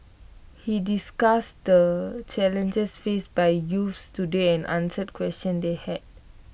he discussed the challenges faced by youths today and answered questions they had